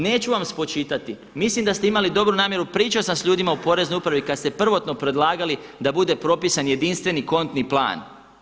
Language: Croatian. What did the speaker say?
Neću vam spočitati, mislim da ste imali dobru namjeru, pričao sam sa ljudima u poreznoj upravi kada se prvotno predlagali da bude propisan jedinstveni kontni plan.